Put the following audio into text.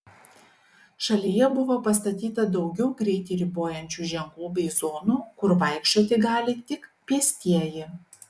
šalyje buvo pastatyta daugiau greitį ribojančių ženklų bei zonų kur vaikščioti gali tik pėstieji